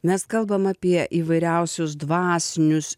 mes kalbam apie įvairiausius dvasinius